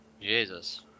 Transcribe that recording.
Jesus